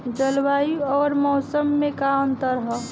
जलवायु अउर मौसम में का अंतर ह?